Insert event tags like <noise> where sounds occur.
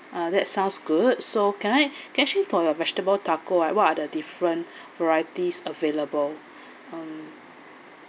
uh that sounds good so can I <breath> okay actually for your vegetable taco ah what are the different <breath> varieties available um